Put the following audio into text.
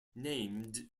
named